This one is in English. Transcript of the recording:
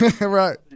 right